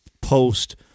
post